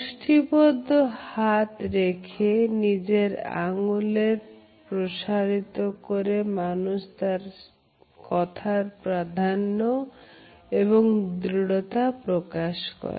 মুষ্টিবদ্ধ হাত রেখে নিজের আঙুলের প্রসারিত করে মানুষ তার কথার প্রাধান্য এবং দৃঢ়তা প্রকাশ করে